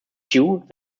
that